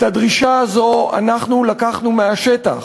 את הדרישה הזו לקחנו מהשטח,